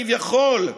כביכול,